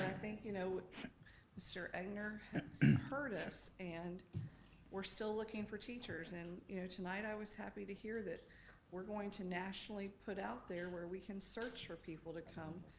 i think you know mr. egnor heard us and we're still looking for teachers and you know tonight i was happy to hear that we're going to nationally put out there where we can search for people to come.